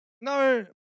No